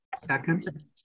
Second